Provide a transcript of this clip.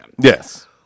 Yes